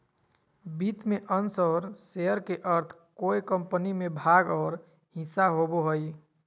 वित्त में अंश और शेयर के अर्थ कोय कम्पनी में भाग और हिस्सा होबो हइ